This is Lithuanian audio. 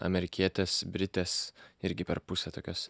amerikietės britės irgi per pusę tokios